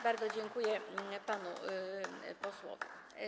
Bardzo dziękuję panu posłowi.